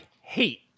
hate